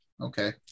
okay